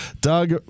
Doug